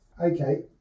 Okay